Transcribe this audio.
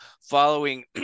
following